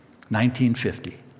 1950